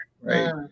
right